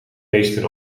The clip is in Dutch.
meester